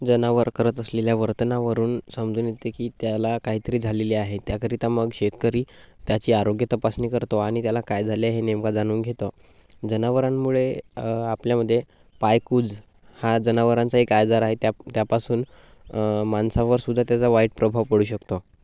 जनावर करत असलेल्या वर्तनावरून समजून येते की त्याला काहीतरी झालेली आहे त्याकरीता मग शेतकरी त्याची आरोग्य तपासणी करतो आणि त्याला काय झाले हे नेमका जाणून घेतं जनावरांमुळे आपल्यामध्ये पायकूज हा जनावरांचा एक आजार आहे त्या त्यापासून माणसावर सुद्धा त्याचा वाईट प्रभाव पडू शकतो